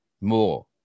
more